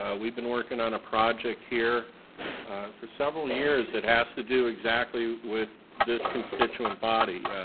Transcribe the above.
we've been working on a project here for several years, it has to do exactly with this constituent body,